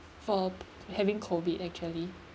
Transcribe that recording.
for having COVID actually